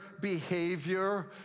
behavior